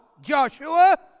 Joshua